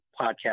podcast